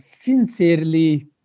sincerely